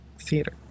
theater